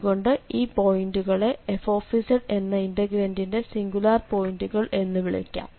അതുകൊണ്ട് ഈ പോയിന്റുകളെ f എന്ന ഇന്റഗ്രന്റിന്റെ സിംഗുലാർ പോയിന്റുകൾ എന്ന് വിളിക്കാം